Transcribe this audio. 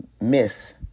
miss